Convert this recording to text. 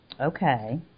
Okay